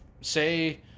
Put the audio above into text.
say